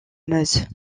meuse